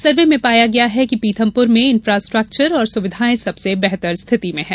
सर्वे में पाया गया कि पीथमपुर में इंफ्रास्ट्रक्वर और सुविघाएं सबसे बेहतर स्थिति में हैं